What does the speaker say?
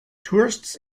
tourists